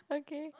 okay